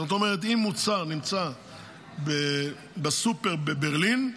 זאת אומרת, אם מוצר נמצא בסופר בברלין,